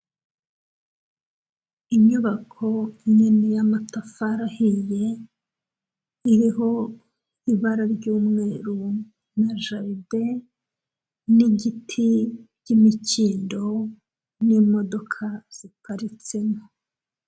Inyubako nini y'amatafari ahiye iriho ibara ry'umweru na jaride n'igiti by'imikindo n'imodoka ziparitsemo.